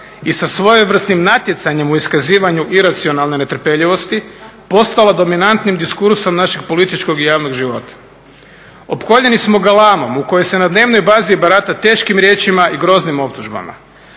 i sa svojevrsnim natjecanjem u iskazivanju iracionalne netrpeljivosti postalo dominantnim diskursom našeg političkog i javnog života. Opkoljeni smo galamom u kojoj se na dnevnoj bazi barata teškim riječima i groznim optužbama.